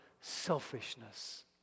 selfishness